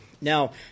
Now